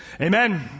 Amen